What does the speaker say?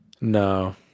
No